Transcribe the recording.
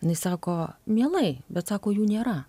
jinai sako mielai bet sako jų nėra